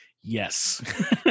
yes